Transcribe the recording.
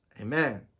Amen